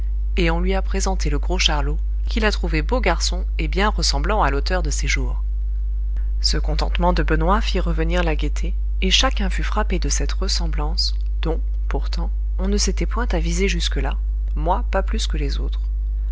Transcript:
et on lui a présenté le gros charlot qu'il a trouvé beau garçon et bien ressemblant à l'auteur de ses jours ce contentement de benoît fit revenir la gaieté et chacun fut frappé de cette ressemblance dont pourtant on ne s'était point avisé jusque-là moi pas plus que les autres